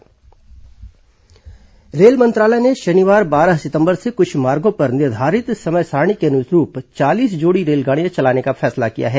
rail मंत्रालय ्रेल मंत्रालय ने शनिवार बारह सितंबर से कुछ मार्गो पर निर्धारित समय सारणी के अनुरूप चालीस जोड़ी रेलगाड़ियां चलाने का फैसला किया है